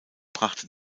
brachte